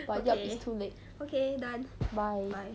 but yup it's too late bye